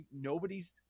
nobody's